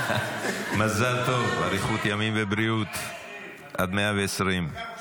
מזל טוב, אריכות ימים ובריאות עד 120. תודה רבה.